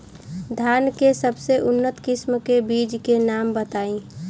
धान के सबसे उन्नत किस्म के बिज के नाम बताई?